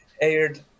aired